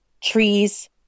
Trees